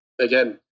again